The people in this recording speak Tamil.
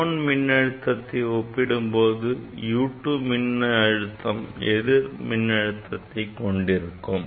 U1 மின்னழுத்தத்தை ஒப்பிடும்போது U2 எதிர் மின்னழுத்தத்தை கொண்டிருக்கும்